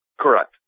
Correct